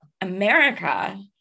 America